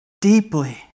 deeply